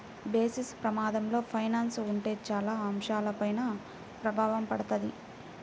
basis ప్రమాదంలో finance ఉంటే చాలా అంశాలపైన ప్రభావం పడతది